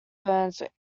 brunswick